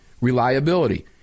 Reliability